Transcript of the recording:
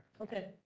Okay